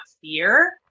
fear